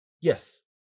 Yes